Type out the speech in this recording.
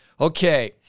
Okay